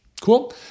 Cool